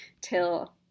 till